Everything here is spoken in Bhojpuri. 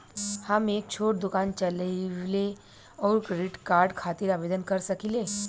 हम एक छोटा दुकान चलवइले और क्रेडिट कार्ड खातिर आवेदन कर सकिले?